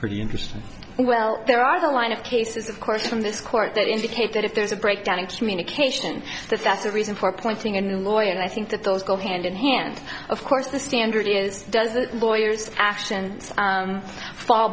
pretty interesting well there are the line of cases of course from this court that indicate that if there's a breakdown in communication that's a reason for pointing in a lawyer and i think that those go hand in hand of course the standard is does the lawyers actions fall